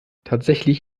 tatsächlich